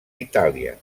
itàlia